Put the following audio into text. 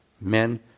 Men